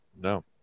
No